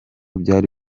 byari